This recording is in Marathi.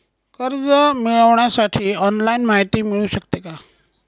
कर्ज मिळविण्यासाठी ऑनलाईन माहिती मिळू शकते का?